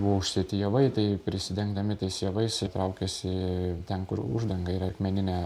buvo užsėti javai tai prisidengdami tais javais jie traukiasi ten kur uždanga yra akmeninė